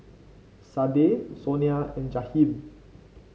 Sadye Sonia and Jahiem